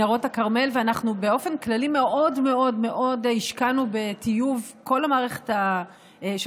ואנחנו באופן כללי מאוד מאוד מאוד השקענו בטיוב כל המערכת של